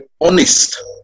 honest